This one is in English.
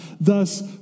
thus